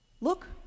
look